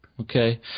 Okay